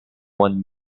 won